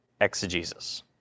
exegesis